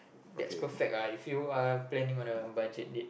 that's perfect ah if you're planning on a budget date